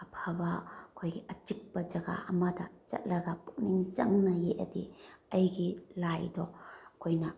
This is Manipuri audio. ꯑꯐꯕ ꯑꯩꯈꯣꯏꯒꯤ ꯑꯆꯤꯛꯄ ꯖꯒꯥ ꯑꯃꯗ ꯆꯠꯂꯒ ꯄꯨꯛꯅꯤꯡ ꯆꯪꯅ ꯌꯦꯛꯑꯗꯤ ꯑꯩꯒꯤ ꯂꯥꯏꯗꯣ ꯑꯩꯈꯣꯏꯅ